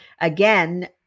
again